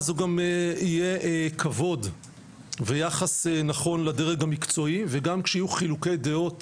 בוועדה הזו גם יהיה כבוד ויחס נכון לדרג המקצועי וגם כשיהיו חילוקי דעות